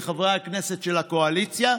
לחברי הכנסת של הקואליציה,